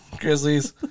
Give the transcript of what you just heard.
Grizzlies